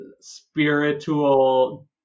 spiritual